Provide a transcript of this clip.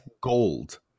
gold